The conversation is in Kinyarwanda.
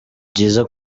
byiza